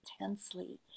intensely